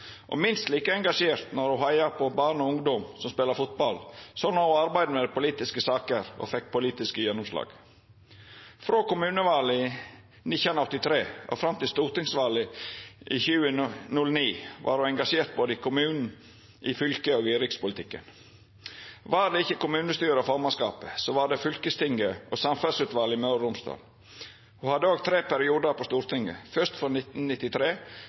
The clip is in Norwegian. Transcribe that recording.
og minst like engasjert når ho heia på barn og ungdom som spelte fotball, som når ho arbeidde med politiske saker og fekk politisk gjennomslag. Frå kommunevalet i 1983 og fram til stortingsvalet i 2009 var ho engasjert i både kommunen, fylket og rikspolitikken. Var det ikkje kommunestyret eller formannskapet, var det fylkestinget og samferdsleutvalet i Møre og Romsdal. Ho hadde òg tre periodar på Stortinget: fyrst frå 1993,